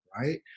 right